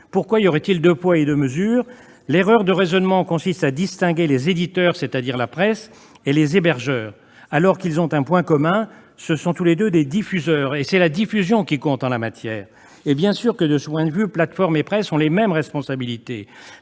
Pourquoi y aurait-il deux poids deux mesures ? L'erreur de raisonnement consiste à distinguer les éditeurs, c'est-à-dire la presse, et les hébergeurs, alors qu'ils ont un point commun : ce sont des diffuseurs. Or c'est la diffusion qui compte en la matière. De ce point de vue, plateformes et presse ont de toute évidence les mêmes responsabilités.